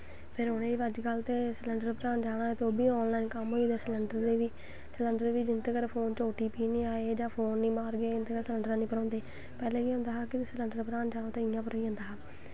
ते अज्ज कल सिलैंडर भरान जाना होऐ ते ओह् बी ऑन लाईन कम्म होई दा सिलैंडर दे बी सिलैंडर बी जिन्ने चिर तक ओ टी पी निं आई जा फोन निं मारगे उं'दे सिलैंडर निं भरोंदे पैह्लें केह् होंदा सिलैंडर भरान जाना ते इ'यां भरोई जंदा हा